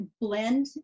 blend